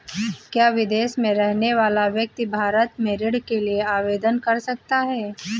क्या विदेश में रहने वाला व्यक्ति भारत में ऋण के लिए आवेदन कर सकता है?